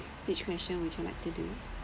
which question would you like to do